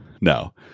No